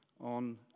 on